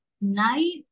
night